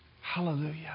Hallelujah